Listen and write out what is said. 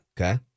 Okay